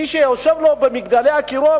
מי שיושב לו ב"מגדלי אקירוב",